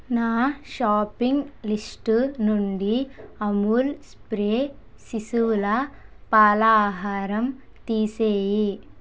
నా shopping list నుండి Amul spray శిశువుల పాల ఆహారం తీసేయి